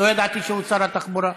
לא ידעתי שהוא שר התחבורה.